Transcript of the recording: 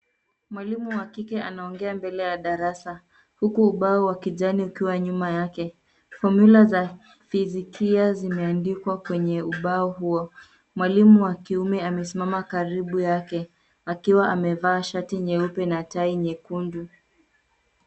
Mwalimu wa kike anaongea mbele ya darasa huku ubao wa kijani ukiwa nyuma yake. Fomyula za fizikia zimeandikwa kwenye ubao huo. Mwalimu wa kiume amesimama karibu yake akiwa amevaa shati nyeupe na tai nyekundu.